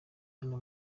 hano